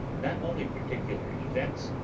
not only particular events,